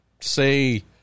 say